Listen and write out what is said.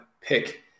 pick